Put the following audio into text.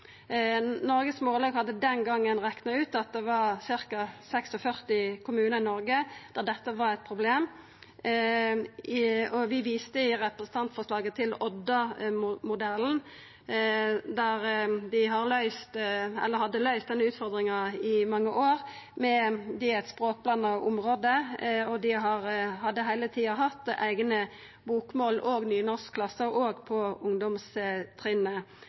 Noregs Mållag hadde den gongen rekna ut at det var ca. 46 kommunar i Noreg der dette var eit problem. Vi viste i representantforslaget til Odda-modellen. I Odda hadde dei løyst denne utfordringa i mange år, og det er eit språkblanda område. Dei hadde heile tida hatt eigne bokmåls- og nynorskklassar òg på ungdomstrinnet. Det var ein stor suksess. Dei hadde lite overgang og